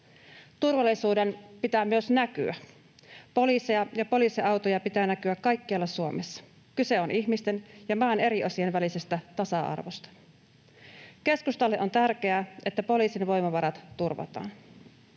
Turvallisuuden pitää myös näkyä. Poliiseja ja poliisiautoja pitää näkyä kaikkialla Suomessa. Kyse on ihmisten ja maan eri osien välisestä tasa-arvosta. Keskustalle on tärkeää, että poliisin voimavarat turvataan.